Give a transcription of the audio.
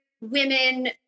women